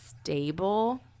stable